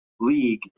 league